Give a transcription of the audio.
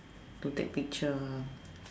to take picture